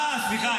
אה, סליחה.